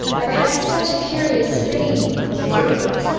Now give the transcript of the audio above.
i've had such a curious dream said alice,